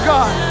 God